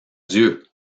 dieu